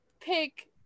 pick